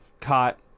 caught